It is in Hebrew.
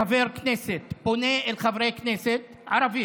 בבקשה תשמור על השקט, חבר הכנסת בן גביר.